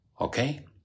okay